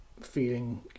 feeling